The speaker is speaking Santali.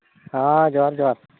ᱦᱮᱸ ᱡᱚᱸᱦᱟᱨᱼᱡᱚᱸᱦᱟᱨ